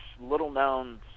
little-known